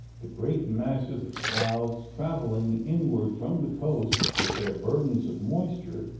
the great masses of clouds, travelling inward from the coast with their burdens of moisture,